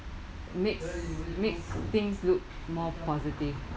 makes makes things look more positive